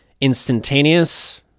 Instantaneous